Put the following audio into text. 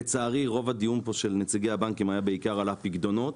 לצערי רוב הדיון פה של נציגי הבנקים היה בעיקר על הפיקדונות,